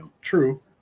True